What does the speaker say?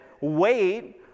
wait